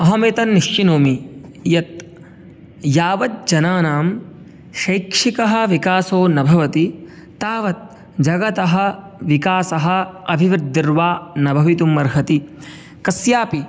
अहं एतान् निश्चिनोमि यत् यावत् जनानां शैक्षिकः विकासो न भवति तावत् जगतः विकासः अभिवृद्धिर्वा न भवितुमर्हति कस्यापि